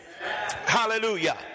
Hallelujah